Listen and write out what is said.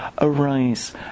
arise